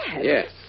Yes